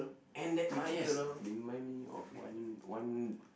and that uh yes remind me of one one